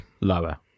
Lower